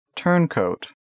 turncoat